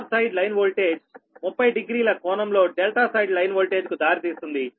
star side line voltage 30 డిగ్రీల కోణంలో delta side line వోల్టేజ్కు దారితీస్తుంది